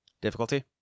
Difficulty